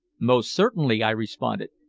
most certainly, i responded.